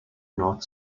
north